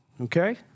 okay